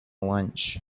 lunch